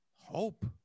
Hope